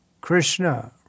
Krishna